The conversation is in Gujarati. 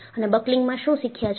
અને તમે બકલિંગમાં શું શીખ્યા છો